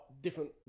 different